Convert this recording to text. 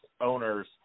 owners